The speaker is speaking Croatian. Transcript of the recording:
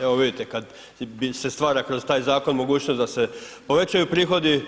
Evo vidite kad se stvara kroz taj zakon mogućnost da se povećaju prihodi